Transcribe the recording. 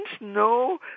no